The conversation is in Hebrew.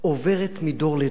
עוברת מדור לדור.